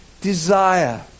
desire